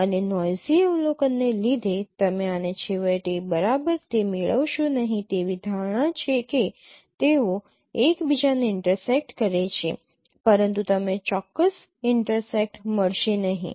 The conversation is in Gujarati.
અને નોઈસી અવલોકનને લીધે તમે આને છેવટે બરાબર તે મેળવશો નહીં તેવી ધારણા છે કે તેઓ એક બીજાને ઇન્ટરસેક્ટ કરે છે પરંતુ તમને ચોક્કસ ઇન્ટરસેક્ટ મળશે નહીં